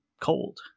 cold